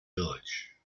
village